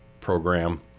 program